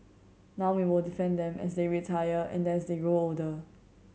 now we will defend them as they retire and as they grow older